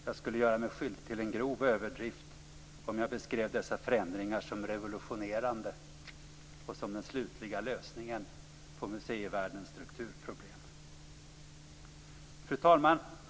Jag skulle göra mig skyldig till en grov överdrift om jag beskrev dessa förändringar som revolutionerande och som den slutliga lösningen på museivärldens strukturproblem. Fru talman!